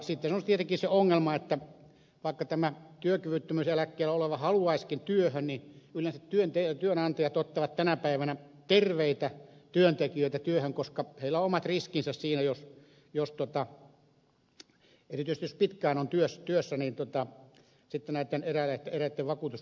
sitten on tietenkin se ongelma että vaikka työkyvyttömyyseläkkeellä oleva haluaisikin työhön niin yleensä työnantajat ottavat tänä päivänä terveitä työntekijöitä työhön koska heillä on omat riskinsä siinä erityisesti jos pitkään on työssä eräitten vakuutus ynnä muuta